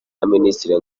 y’abaminisitiri